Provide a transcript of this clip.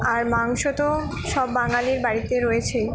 আর মাংস তো সব বাঙালির বাড়িতে রয়েছেই